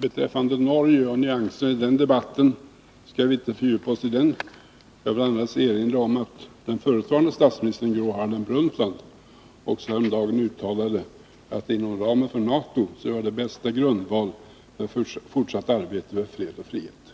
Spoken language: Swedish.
Herr talman! Jag tycker inte att vi skall fördjupa oss i debatten i Norge och i nyanser i den. Jag vill annars erinra om att den förutvarande statsministern, Gro Harlem Brundtland, också häromdagen uttalade att det inom ramen för NATO fanns den bästa grundval för fortsatt arbete för fred och frihet.